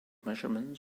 measurements